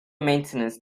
maintenance